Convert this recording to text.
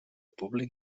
públic